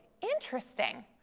interesting